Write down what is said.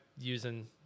using